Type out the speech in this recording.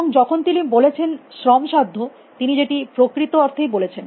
এবং যখন তিনি বলেছেন শ্রমসাধ্য তিনি সেটি প্রকৃত অর্থেই বলছেন